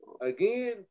Again